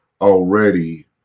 already